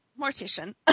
mortician